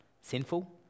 sinful